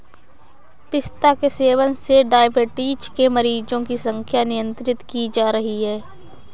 पिस्ता के सेवन से डाइबिटीज के मरीजों की संख्या नियंत्रित की जा रही है